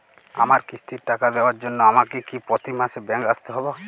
আমার কিস্তির টাকা দেওয়ার জন্য আমাকে কি প্রতি মাসে ব্যাংক আসতে হব?